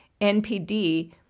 NPD